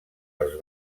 els